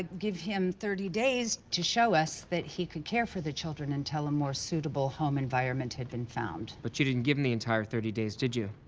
give him thirty days to show us that he could care for the children until a more suitable home environment had been found. but you didn't give him the entire thirty days, did you?